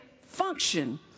function